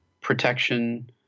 protection